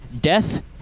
death